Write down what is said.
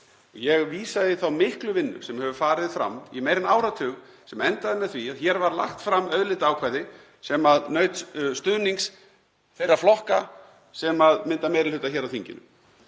Ég vísaði í þá miklu vinnu sem hefur farið fram í meira en áratug sem endaði með því að hér var lagt fram auðlindaákvæði sem naut stuðnings þeirra flokka sem mynda meiri hluta á þinginu.